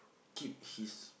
keep his